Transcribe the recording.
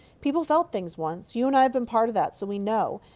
people felt things once. you and i have been part of that, so we know.